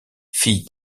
fille